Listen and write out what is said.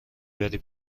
بری